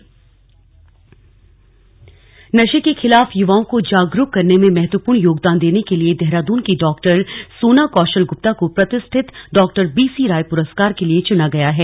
चयन नशे के खिलाफ युवाओं को जागरूक करने में महत्वूपर्ण योगदान देने के लिए देहरादून की डॉ सोना कौशल गुप्ता को प्रतिष्ठित डॉ बीसीराय पुरस्कार के लिए चुना गया है